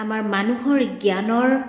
আমাৰ মানুহৰ জ্ঞানৰ